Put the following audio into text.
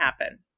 happen